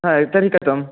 हा तर्हि कथम्